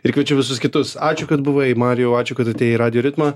ir kviečiu visus kitus ačiū kad buvai marijau ačiū kad atėjai į radijo ritmą